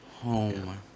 home